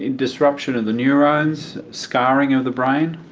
disruption of the neurones, scarring of the brain,